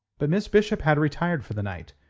but miss bishop had retired for the night,